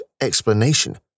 explanation